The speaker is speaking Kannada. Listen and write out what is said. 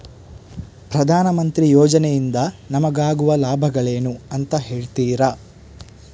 ಪ್ರಧಾನಮಂತ್ರಿ ಯೋಜನೆ ಇಂದ ನಮಗಾಗುವ ಲಾಭಗಳೇನು ಅಂತ ಹೇಳ್ತೀರಾ?